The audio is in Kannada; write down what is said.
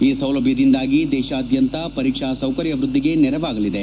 ಈ ಸೌಲಭ್ಯದಿಂದಾಗಿ ದೇಶಾದ್ಯಂತ ಪರೀಕ್ಷಾ ಸೌಕರ್ಯವೃದ್ದಿಗೆ ನೆರವಾಗಲಿದೆ